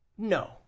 no